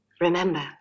Remember